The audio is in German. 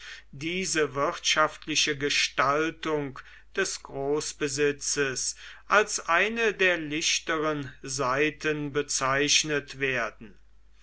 diese wirtschaftliche gestaltung des großbesitzes als eine der lichteren seiten bezeichnet werden